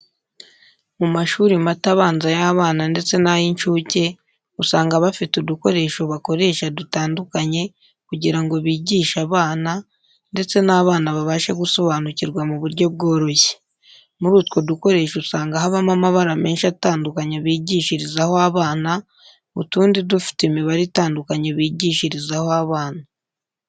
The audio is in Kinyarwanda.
Mu mashuri mato abanza y'abana ndetse n'ay'incuke, usanga bafite udukoresho bakoresha dutandukanye kugira ngo bigishe abana, ndetse n'abana babashe gusobanukirwa mu buryo bworoshye. Muri utwo dukoresho usanga harimo amabara menshi atandukanye bigishirizaho abana, utundi dufite imibare itandukanye bigishirizaho abana.